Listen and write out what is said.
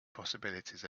possibilities